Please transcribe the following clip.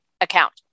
account